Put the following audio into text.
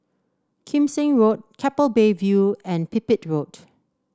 Kim Seng Road Keppel Bay View and Pipit Road